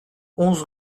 onze